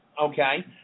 okay